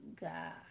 God